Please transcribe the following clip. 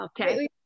Okay